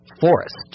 forest